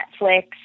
netflix